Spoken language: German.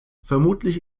vermutlich